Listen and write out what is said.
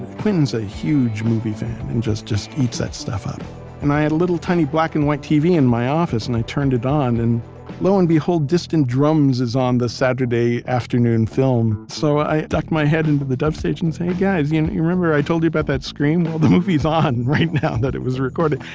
quentin's a huge movie fan, and just just eats that stuff up and i had a little tiny black and white tv in my office, and i turned it on, and lo and behold distant drums is on the saturday afternoon film, so i ducked my head into the dub stage and said, hey guys, you remember i told you about that scream, well the movie's on right now, that it was recorded!